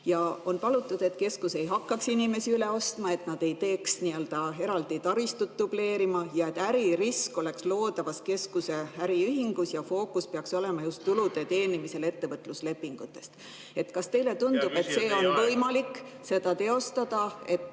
On palutud, et see keskus ei hakkaks inimesi üle ostma, et nad ei teeks dubleerides nii-öelda eraldi taristut ja et äririsk oleks loodavas keskuse äriühingus ja fookus peaks olema just tulude teenimisel ettevõtluslepingutest. Kas teile tundub, et on võimalik seda teostada, et